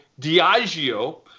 Diageo